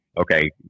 okay